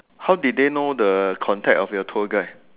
how did they know the contact of your tour guide